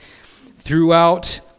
throughout